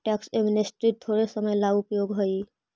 tax amnesty थोड़े समय ला उपयोगी हई